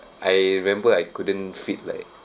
I remember I couldn't fit like